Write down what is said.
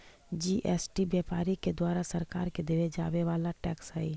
GST व्यापारि के द्वारा सरकार के देवे जावे वाला टैक्स हई